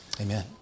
Amen